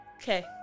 Okay